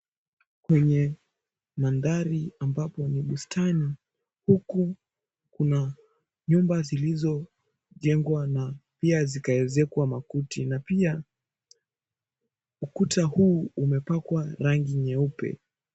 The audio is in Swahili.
Kwenye mandhari ambapo ni bustani huku kuna nyumba zilizojengwa na pia zikaezekwa makuti na pia ukuta huu umepakwa rangi nyeupe.